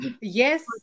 Yes